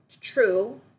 True